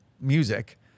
music